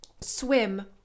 swim